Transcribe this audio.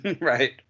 Right